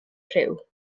rhyw